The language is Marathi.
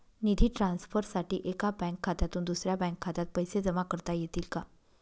निधी ट्रान्सफरसाठी एका बँक खात्यातून दुसऱ्या बँक खात्यात पैसे जमा करता येतील का?